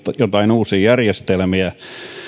jotain uusia järjestelmiä